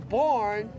born